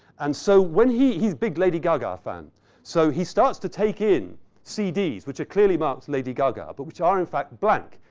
and so, when he. he's a big lady gaga fan. so he starts to take in cds, which are clearly marked lady gaga, but which are in fact blank.